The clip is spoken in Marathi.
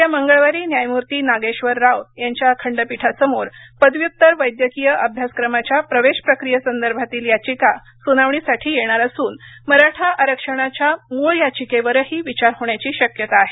येत्या मंगळवारी न्यायमूर्ती नागेश्वर राव यांच्या खंडपीठासमोर पदव्युत्तर वैद्यकीय अभ्यासक्रमाच्या प्रवेश प्रक्रियेसंदर्भातील याचिका सुनावणीसाठी येणार असून मराठा आरक्षणाच्या मूळ याचिकेवरही विचार होण्याची शक्यता आहे